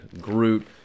Groot